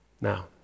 Now